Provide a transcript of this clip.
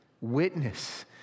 witness